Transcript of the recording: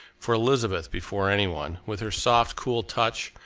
for elizabeth before any one, with her soft, cool touch,